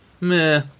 meh